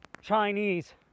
Chinese